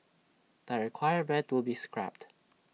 the requirement will be scrapped